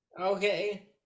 okay